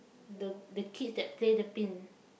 the the kids that play the pin